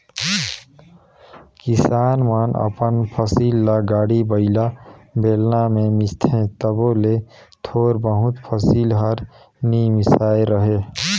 किसान मन अपन फसिल ल गाड़ी बइला, बेलना मे मिसथे तबो ले थोर बहुत फसिल हर नी मिसाए रहें